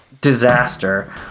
disaster